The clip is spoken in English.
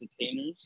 entertainers